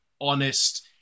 honest